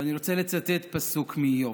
אני רוצה לצטט פסוק מאיוב: